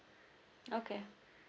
okay